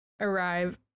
arrive